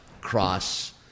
cross